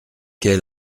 quel